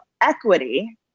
equity